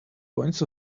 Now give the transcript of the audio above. points